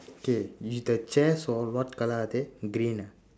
okay you the chairs what colour are they green ah